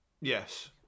Yes